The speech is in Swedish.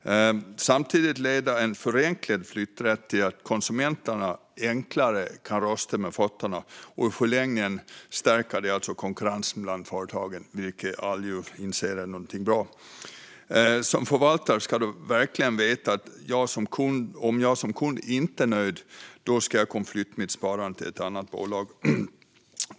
Samtidigt leder en förenklad flytträtt till att konsumenter enklare kan rösta med fötterna och i förlängningen stärka konkurrensen bland företagen, vilket alla inser är bra. Som förvaltare ska du veta att om jag som kund inte är nöjd kan jag flytta mitt sparande till ett annat bolag.